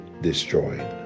destroyed